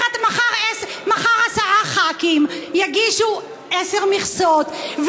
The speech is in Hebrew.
מחר עשרה חברי כנסת יגישו עשר מכסות,